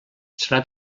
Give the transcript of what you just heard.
serà